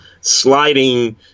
sliding